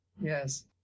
Yes